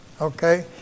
Okay